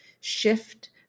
shift